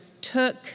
took